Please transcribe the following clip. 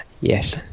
Yes